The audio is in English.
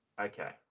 Okay